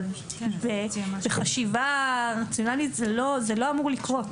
אבל בחשיבה רציונלית זה לא אמור לקרות.